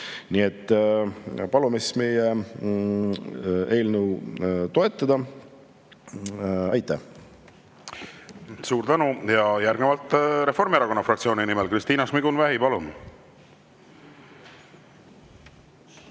Nii et palume meie eelnõu toetada! Aitäh! Suur tänu! Järgnevalt Reformierakonna fraktsiooni nimel Kristina Šmigun-Vähi, palun!